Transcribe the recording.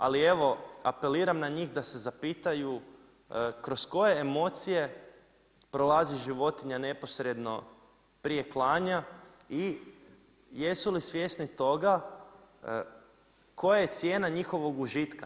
Ali, evo apeliram na njih da se zaplitanju, kroz koje emocije, prolazi životinja neposredno prije klanja i jesu li svjesni toga, koja je cijena njihovog užitka.